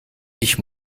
ich